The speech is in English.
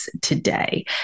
today